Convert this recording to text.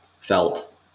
felt